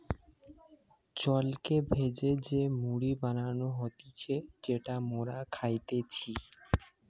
চালকে ভেজে যে মুড়ি বানানো হতিছে যেটা মোরা খাইতেছি